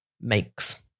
makes